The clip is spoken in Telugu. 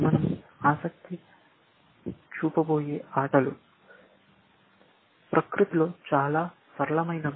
మన০ ఆసక్తి చూపబోయే ఆటలు ప్రకృతిలో చాలా సరళమైనవి